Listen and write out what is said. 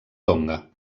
tonga